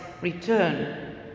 return